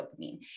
dopamine